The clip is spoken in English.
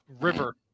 river